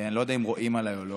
אני לא יודע אם רואים עליי או לא,